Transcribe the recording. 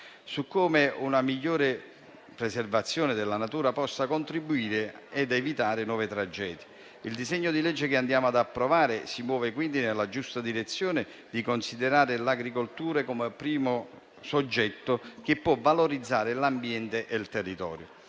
su come una migliore preservazione della natura possa contribuire a evitare nuove tragedie. Il disegno di legge che andiamo ad approvare si muove quindi nella giusta direzione di considerare l'agricoltore come primo soggetto che può valorizzare l'ambiente e il territorio.